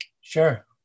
Sure